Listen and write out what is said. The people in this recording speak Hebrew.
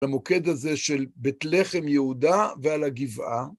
למוקד הזה של בית לחם יהודה ועל הגבעה.